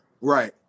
right